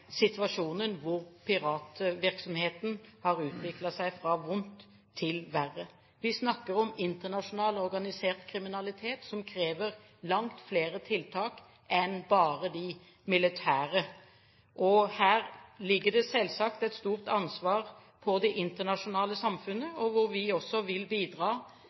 situasjonen hvor piratvirksomheten har utviklet seg fra vondt til verre. Vi snakker om internasjonal organisert kriminalitet, som krever langt flere tiltak enn bare de militære. Her ligger det selvsagt et stort ansvar på det internasjonale samfunnet, og vi vil i fortsettelsen også bidra